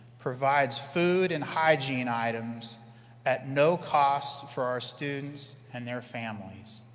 provides food and hygiene items at no cost for our students and their families.